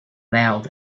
loud